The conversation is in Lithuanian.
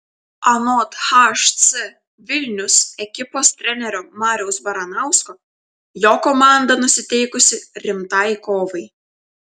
anot hc vilnius ekipos trenerio mariaus baranausko jo komanda nusiteikusi rimtai kovai